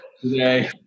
today